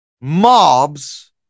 mobs